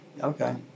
Okay